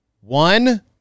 one